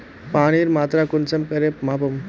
पानीर मात्रा कुंसम करे मापुम?